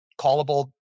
callable